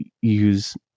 use